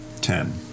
Ten